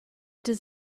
does